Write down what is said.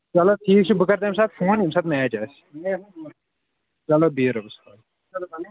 چلو ٹھیٖک چھُ بہٕ کَرٕ تَمہِ ساتہٕ فون ییٚمہِ ساتہٕ مَیچ آسہِ چلو بِہِو رۄبَس حوالہٕ